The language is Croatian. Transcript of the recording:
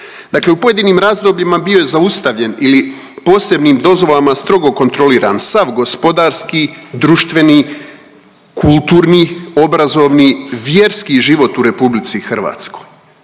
Dakle u pojedinim razdobljima bio je zaustavljen ili posebnim dozvolama strogo kontroliran sav gospodarski, društveni, kulturni, obrazovni, vjerski život u RH. Starci su